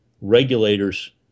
regulators